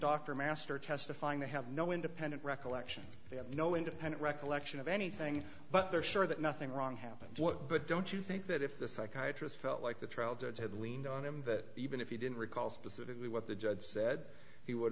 dr master testifying they have no independent recollection they have no independent recollection of anything but they're sure that nothing wrong happened but don't you think that if the psychiatrist felt like the trial judge had leaned on him that even if he didn't recall specifically what the judge said he would